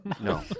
No